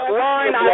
line